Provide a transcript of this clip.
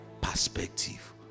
perspective